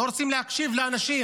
לא רוצים להקשיב לאנשים.